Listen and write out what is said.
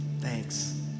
thanks